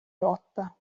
lotta